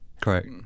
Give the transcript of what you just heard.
Correct